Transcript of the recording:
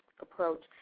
approach